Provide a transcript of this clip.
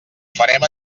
farem